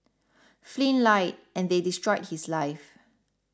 Flynn lied and they destroyed his life